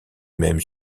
même